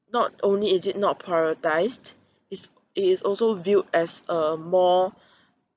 not only is it not prioritised it's it is also viewed as a more